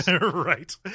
right